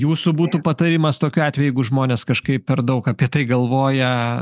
jūsų būtų patarimas tokiu atveju jeigu žmonės kažkaip per daug apie tai galvoja